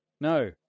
No